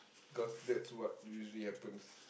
cause that's what usually happens